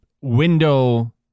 window